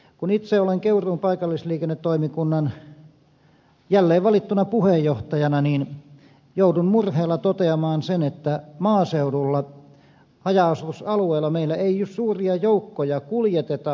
kun itse olen keuruun paikallisliikennetoimikunnan jälleen valittuna puheenjohtajana niin joudun murheella toteamaan sen että maaseudulla haja asutusalueella meillä ei suuria joukkoja kuljeteta